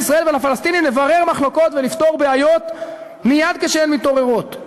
לישראל ולפלסטינים לברר מחלוקות ולפתור בעיות מייד כשהן מתעוררות.